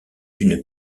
une